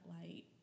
light